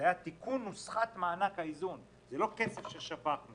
תיקון נוסחת מענק האיזון, זה לא כסף ששפכנו